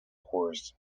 horse